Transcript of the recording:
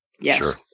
Yes